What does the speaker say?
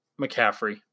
McCaffrey